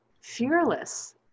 fearless